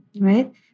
Right